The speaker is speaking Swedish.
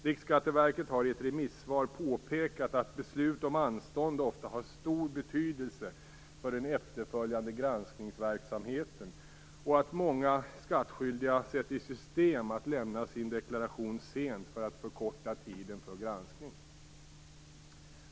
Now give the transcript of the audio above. Riksskatteverket har i ett remissvar påpekat att beslut om anstånd ofta har stor betydelse för den efterföljande granskningsverksamheten och att många skattskyldiga sätter i system att lämna sin deklaration sent för att förkorta tiden för granskning.